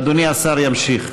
אדוני השר ימשיך.